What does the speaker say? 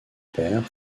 pairs